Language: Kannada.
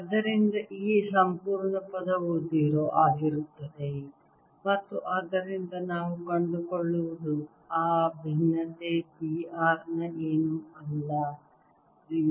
ಆದ್ದರಿಂದ ಈ ಸಂಪೂರ್ಣ ಪದವು 0 ಆಗಿರುತ್ತದೆ ಮತ್ತು ಆದ್ದರಿಂದ ನಾವು ಕಂಡುಕೊಳ್ಳುವುದು ಆ ಭಿನ್ನತೆ B r ನ ಏನೂ ಅಲ್ಲ 0